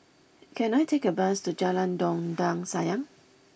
can I take a bus to Jalan Dondang Sayang